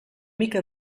mica